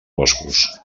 boscos